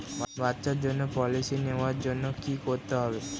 বাচ্চার জন্য পলিসি নেওয়ার জন্য কি করতে হবে?